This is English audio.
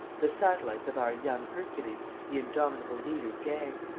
the satellites of our young hercules, the indomitable leader's gang.